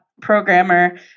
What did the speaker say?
programmer